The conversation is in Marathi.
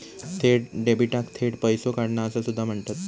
थेट डेबिटाक थेट पैसो काढणा असा सुद्धा म्हणतत